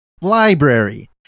library